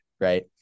Right